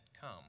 come